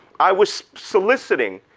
i was soliciting,